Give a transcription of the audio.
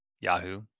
Yahoo